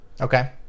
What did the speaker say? Okay